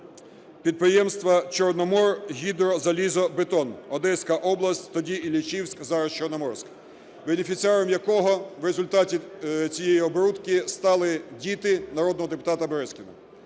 підприємства "Чорноморгідрозалізобетон", Одеська область (тоді Іллічівськ, зараз Чорноморськ), бенефіціаром якого в результаті цієї оборудки стали діти народного депутата Березкіна.